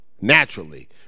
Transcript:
naturally